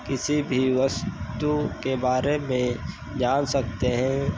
किसी भी वस्तु के बारे में जान सकते हैं